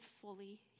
fully